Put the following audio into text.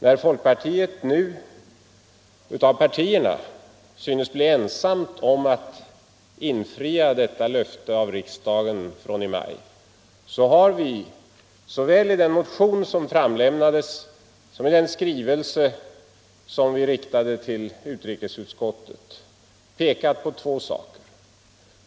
När folkpartiet nu synes bli ensamt bland partierna om att infria detta löfte av riksdagen från i maj, har vi såväl i den motion som väcktes som i den skrivelse vi riktade till utrikesutskottet pekat på två saker.